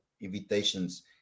invitations